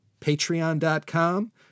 Patreon.com